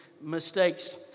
mistakes